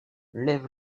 lev